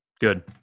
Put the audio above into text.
good